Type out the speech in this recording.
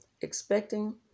expecting